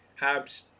Habs